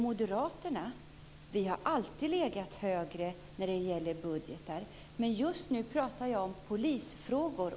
Moderaterna har alltid legat högre i budgetar. Just nu talar jag om polisfrågor.